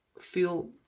feel